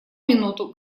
минуту